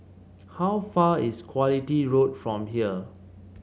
how far is Quality Road from here